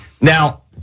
Now